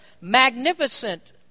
magnificent